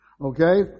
Okay